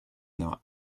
not